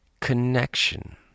connection